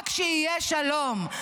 רק שיהיה שלום.